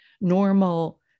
normal